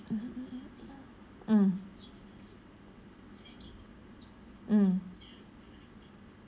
mm mm